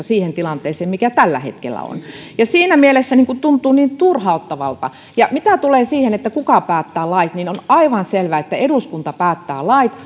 siihen tilanteeseen mikä tällä hetkellä on siinä mielessä tuntuu niin turhauttavalta ja mitä tulee siihen kuka päättää lait niin on aivan selvää että eduskunta päättää lait